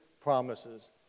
promises